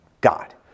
God